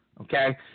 Okay